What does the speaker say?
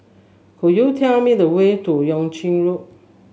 could you tell me the way to Yuan Ching Road